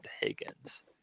Higgins